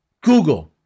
Google